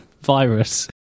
virus